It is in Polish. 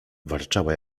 warczała